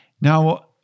Now